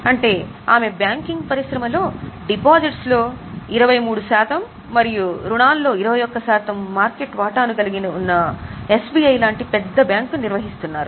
అంటే ఆమె బ్యాంకింగ్ పరిశ్రమలో డిపాజిట్స్ లో 23 శాతం మరియు రుణాల్లో 21 శాతం మార్కెట్ వాటాను కలిగి ఉన్న ఎస్బిఐ లాంటి పెద్ద బ్యాంకును నిర్వహిస్తోంది